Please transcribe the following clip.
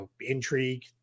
intrigue